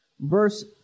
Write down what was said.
verse